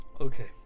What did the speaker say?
Okay